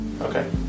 Okay